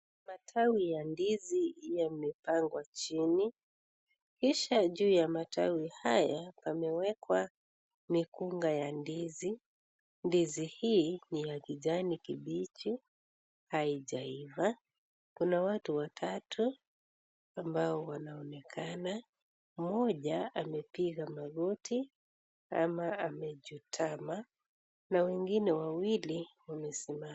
Matawi ya ndizi yamepangwa chini, kisha juu ya matawi haya pamewekwa mikunga ya ndizi. Ndizi hii ni ya kijani kibichi haijaiva, kuna watu watatu ambao wanaonekana, mmoja amepiga magoti ama amechutama na wengine wawili wamesimama.